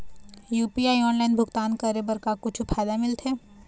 UPI online भुगतान करे बर का कुछू फायदा मिलथे?